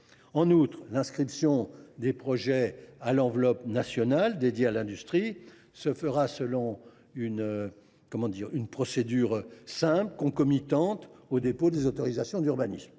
En outre, l’inscription des projets dans l’enveloppe nationale dédiée à l’industrie se fera selon une procédure simple et concomitante au dépôt des autorisations d’urbanisme.